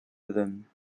them